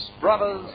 Brothers